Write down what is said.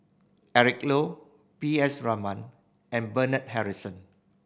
Eric Low P S Raman and Bernard Harrison